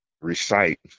recite